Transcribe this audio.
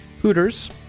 Hooters